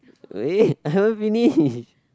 wait I haven't finished